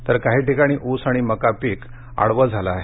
तर काही ठिकाणी ऊस आणि मका पीक आडवे झाले आहे